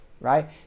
right